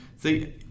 See